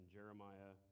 Jeremiah